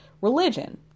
religion